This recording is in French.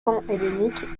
panhellénique